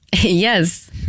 Yes